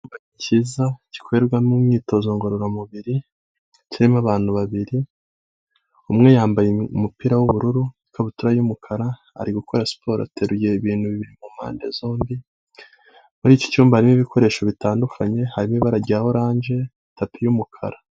Ikimba kiza gikorerwamo imyitozo ngororamubiri, kirimo abantu babiri, umwe yambaye umupira w'ubururu ikabutura y'umukara, ari gukora siporo ateruye ibintu bibiri ku mpande zombi, muri iki cyumba harimo ibikoresho bitandukanye harimo ibara rya oranje, tapi y'umukara.